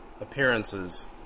appearances